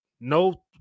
no